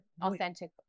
authentic